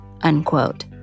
unquote